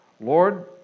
Lord